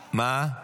אין.